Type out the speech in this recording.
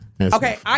Okay